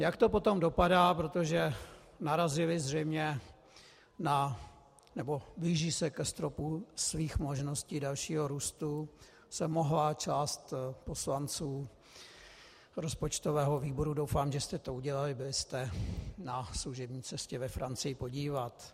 Jak to potom dopadá protože narazily zřejmě na... nebo blíží se ke stropu svých možností dalšího růstu , se mohla část poslanců rozpočtového výboru doufám, že jste to udělali, byli jste na služební cestě ve Francii podívat.